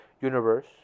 universe